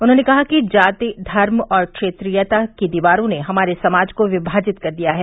उन्होंने कहा कि जाति धर्म और क्षेत्रीयता की दीवारों ने हमारे समाज को विमाजित कर दिया है